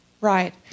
Right